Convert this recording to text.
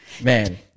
man